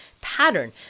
pattern